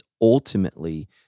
ultimately